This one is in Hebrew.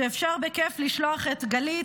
שאליו אפשר בכיף לשלוח את גלית,